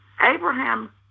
Abraham